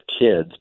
kids